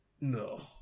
No